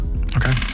Okay